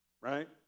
right